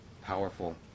Powerful